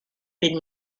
been